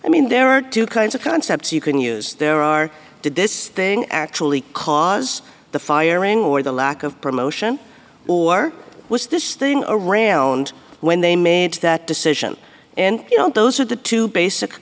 i mean there are two kinds of concepts you can use there are did this thing actually cause the firing or the lack of promotion or was this thing around when they made that decision and you know those are the two basic